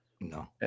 No